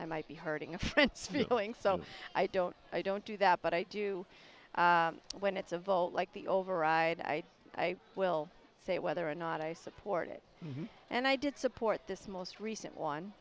i might be hurting a friend going so i don't i don't do that but i do when it's a vote like the override i i will say whether or not i support it and i did support this most recent one